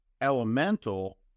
elemental